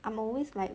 I'm always like